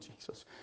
Jesus